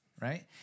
Right